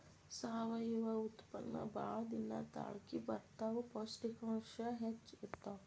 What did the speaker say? ಸಾವಯುವ ಉತ್ಪನ್ನಾ ಬಾಳ ದಿನಾ ತಾಳಕಿ ಬರತಾವ, ಪೌಷ್ಟಿಕಾಂಶ ಹೆಚ್ಚ ಇರತಾವ